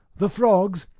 the frogs,